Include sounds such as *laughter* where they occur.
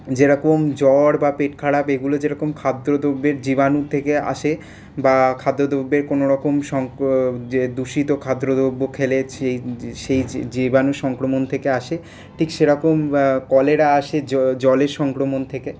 যেরকম জ্বর বা পেট খারাপ এগুলো যেরকম খাদ্য দ্রব্যের জীবাণু থেকে আসে বা খাদ্য দ্রব্যের কোনোরকম *unintelligible* যে দূষিত খাদ্য দ্রব্য খেলে *unintelligible* জীবাণু সংক্রমণ থেকে আসে ঠিক সেরকম কলেরা আসে জলের সংক্রমণ থেকে